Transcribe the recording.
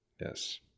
Yes